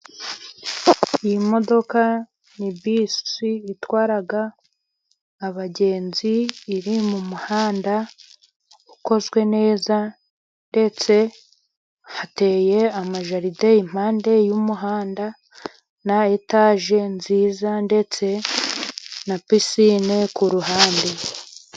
Iyi modoka ni bisi itwara abagenzi iri mu muhanda ukozwe neza ndetse hateye amajaride impande y'umuhanda na etage nziza ndetse na pisine kuruhande.